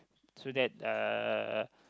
so that uh